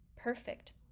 perfect